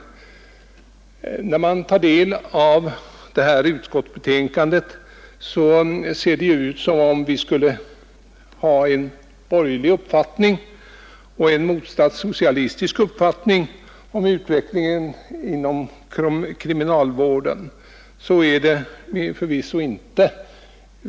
När man tar del av justitieutskottets förevarande betänkande vill det synas som om vi skulle ha en borgerlig uppfattning och en motsatt socialistisk uppfattning om utvecklingen inom kriminalvården, men så är det förvisso inte.